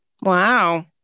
Wow